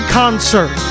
concert